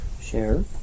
Share